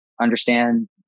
understand